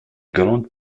grandes